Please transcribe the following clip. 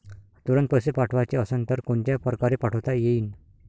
तुरंत पैसे पाठवाचे असन तर कोनच्या परकारे पाठोता येईन?